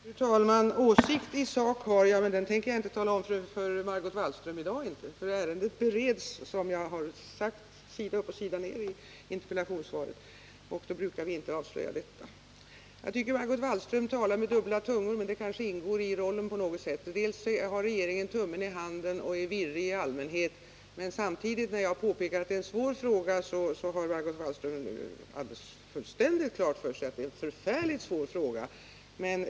Fru talman! Åsikt i sak har jag, men den tänker jag inte tillkännage för Margot Wallström i dag, för ärendet bereds — som jag har redovisat sida upp och sida ned i interpellationssvaret — och då brukar vi inte avslöja detta. Jag tycker att Margot Wallström talar med dubbel tunga. Dels menar hon att regeringen har tummen i handen och är virrig i allmänhet, dels har hon, när jag påpekar att det är en svår fråga, fullständigt klart för sig att det är en förfärligt svår fråga.